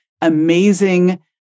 amazing